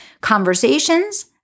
conversations